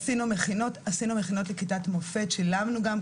עשינו מכינות לכיתת מופת ושילמנו עליה,